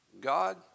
God